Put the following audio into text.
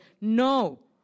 No